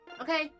Okay